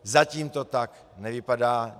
Zatím to tak nevypadá.